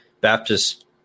baptist